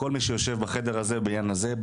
כל מי שיושב בחדר הזה בבניין הזה,